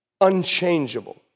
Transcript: unchangeable